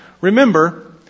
remember